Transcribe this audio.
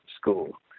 school